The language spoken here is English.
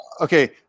Okay